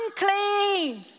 unclean